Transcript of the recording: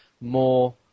more